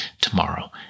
tomorrow